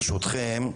ברשותכם,